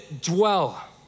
dwell